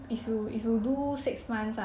mm